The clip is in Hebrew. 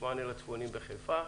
לצפוניים יש מענה בחיפה,